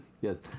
yes